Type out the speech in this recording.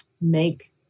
make